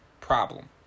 problem